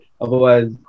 Otherwise